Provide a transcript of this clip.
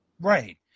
Right